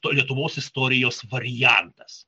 lietuvos istorijos variantas